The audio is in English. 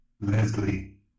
Leslie